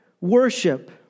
Worship